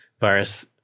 virus